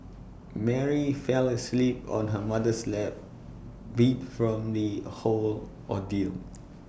Mary fell asleep on her mother's lap beat from the whole ordeal